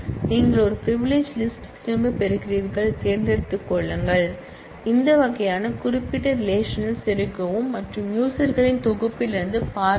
எனவே நீங்கள் ஒரு பிரிவிலிஜ் லிஸ்ட் திரும்பப் பெறுகிறீர்கள் தேர்ந்தெடுங்கள் இந்த வகையான குறிப்பிட்ட ரிலேஷன்ல் செருகவும் மற்றும் யூசர்களின் தொகுப்பிலிருந்து பார்க்கவும்